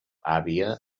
àvia